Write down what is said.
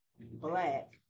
black